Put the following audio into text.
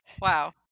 Wow